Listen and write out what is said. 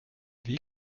wie